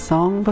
Song